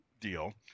deal